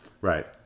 Right